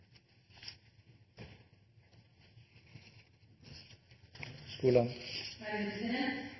skolene